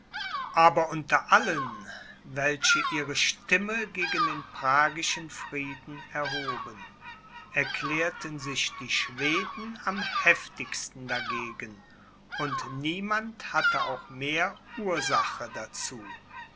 aber unter allen welche ihre stimme gegen den pragischen frieden erhoben erklärten sich die schweden am heftigsten dagegen und niemand hatte auch mehr ursache dazu